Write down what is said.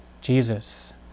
Jesus